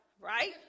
right